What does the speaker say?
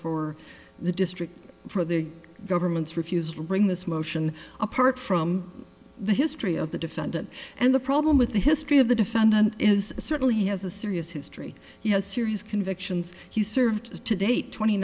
for the district for the government's refusal bring this motion apart from the history of the defendant and the problem with the history of the defendant is certainly he has a serious history he has serious convictions he served to date twenty